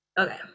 Okay